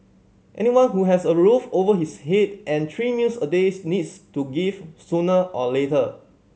anyone who has a roof over his head and three meals a days needs to give sooner or later